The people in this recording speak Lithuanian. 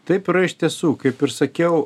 taip yra iš tiesų kaip ir sakiau